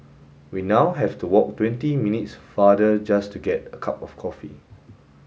we now have to walk twenty minutes farther just to get a cup of coffee